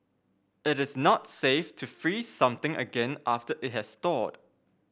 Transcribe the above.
it is not safe to freeze something again after it has thawed